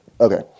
Okay